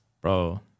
Bro